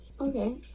Okay